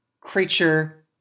creature